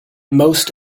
most